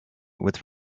with